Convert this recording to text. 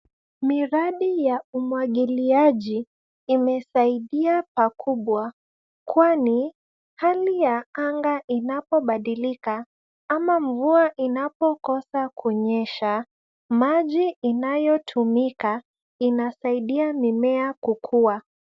Miradi ya umwagiliaji imesaidia pakubwa kwani hali ya anga inapobadilika ama vua inapokosa kunyesha maji inayotumika inasaidia mimea kukuwa.